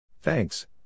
Thanks